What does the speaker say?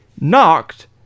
knocked